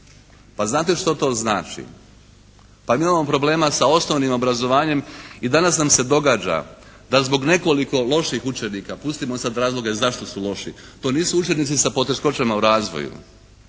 Pa znate što to znači? Pa mi imamo problema sa osnovnim obrazovanjem i danas nam se događa da zbog nekoliko loših učenika, pustimo sad razloge zašto su loši, to nisu učenici sa poteškoćama u razvoju,